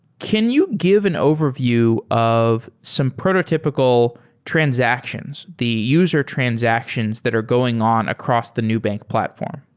can you give an overview of some prototypical transactions, the user transactions that are going on across the nubank platform?